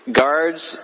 guards